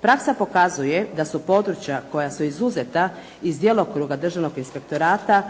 Praksa pokazuje da su područja koja su izuzeta iz djelokruga Državnog inspektorata